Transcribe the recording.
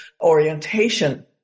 orientation